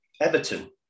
Everton